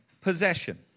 possession